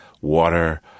water